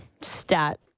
stat